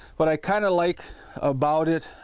what i kinda like about it,